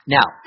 Now